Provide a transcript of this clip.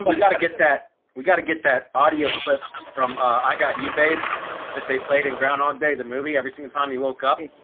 but got to get that we got to get that audio clip from i got you babe that they played in groundhog day the movie every single time you woke up?